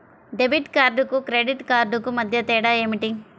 Debit కార్డుకు credit కార్డుకు మధ్య తేడా ఏమిటీ?